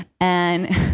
and-